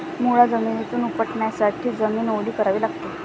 मुळा जमिनीतून उपटण्यापूर्वी जमीन ओली करावी लागते